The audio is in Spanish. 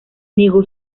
negó